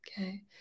okay